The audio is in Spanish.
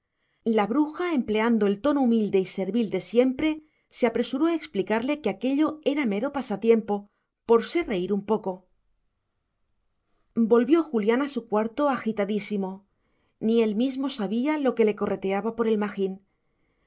hechicería la bruja empleando el tono humilde y servil de siempre se apresuró a explicarle que aquello era mero pasatiempo por se reír un poco volvió julián a su cuarto agitadísimo ni él mismo sabía lo que le correteaba por el magín